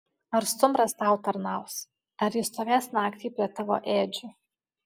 ar stumbras tau tarnaus ar jis stovės naktį prie tavo ėdžių